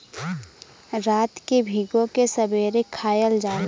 रात के भिगो के सबेरे खायल जाला